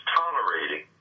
tolerating